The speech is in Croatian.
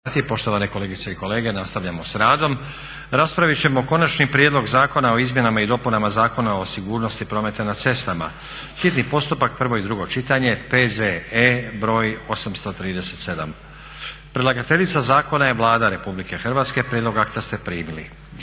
je sati kolegice i kolege, nastavljamo s radom. Raspravit ćemo: - Konačni prijedlog zakona o izmjenama i dopunama Zakona o sigurnosti prometa na cestama, hitni postupak, prvo i drugo čitanje, P.Z.E. br. 837. Predlagatelj zakona je Vlada Republike Hrvatske. Prijedlog akta ste primili.